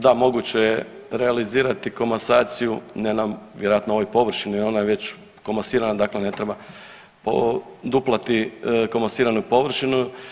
Da moguće je realizirati komasaciju ne na vjerojatno ovoj površini ona je već komasirana, dakle ne treba duplati komasiranu površinu.